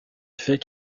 fait